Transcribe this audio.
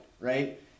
right